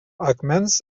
akmens